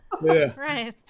right